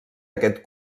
aquest